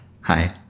Hi